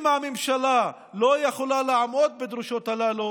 אם הממשלה לא יכולה לעמוד בדרישות הללו